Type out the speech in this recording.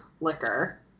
liquor